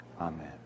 Amen